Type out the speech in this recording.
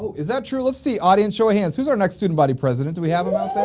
is that true? let's see audience show of hands who's our next student body president do we have ah